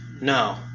No